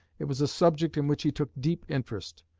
it was a subject in which he took deep interest.